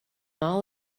all